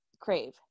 Crave